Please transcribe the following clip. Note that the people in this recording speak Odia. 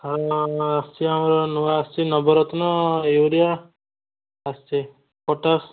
ହଁ ନୂଆ ନୂଆ ଆସୁଛି ଆମର ନୂଆ ଆସୁଛି ନବରତ୍ନ ୟୁରିଆ ଆସିଛି ପଟାସ୍